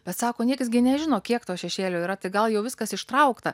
bet sako niekas gi nežino kiek to šešėlio yra tai gal jau viskas ištraukta